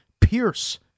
Pierce